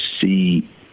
see